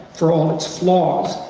for all its flaws,